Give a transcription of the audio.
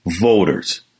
voters